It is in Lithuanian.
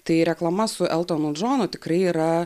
tai reklama su eltonu džonu tikrai yra